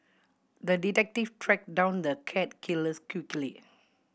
the detective tracked down the cat killers quickly